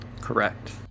Correct